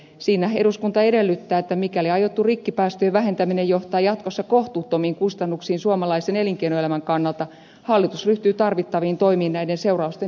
siinä eduskunta edellyttää että mikäli aiottu rikkipäästöjen vähentäminen johtaa jatkossa kohtuuttomiin kustannuksiin suomalaisen elinkeinoelämän kannalta hallitus ryhtyy tarvittaviin toimiin näiden seurausten lieventämiseksi